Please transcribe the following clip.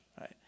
right